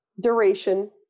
duration